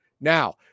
Now